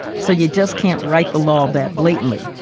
so you just can't write the law that blatantly.